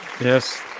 Yes